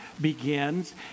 begins